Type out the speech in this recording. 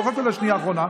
לא רק בשנייה האחרונה.